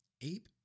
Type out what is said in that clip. ape